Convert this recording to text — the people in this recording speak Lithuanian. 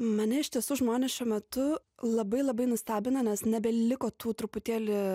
mane iš tiesų žmonės šiuo metu labai labai nustebina nes nebeliko tų truputėlį